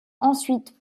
ensuite